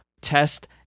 test